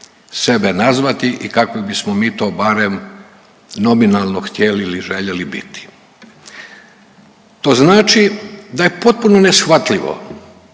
sebe nazvati i kako bismo mi to barem nominalno htjeli ili željeli biti. To znači da je potpuno neshvatljivo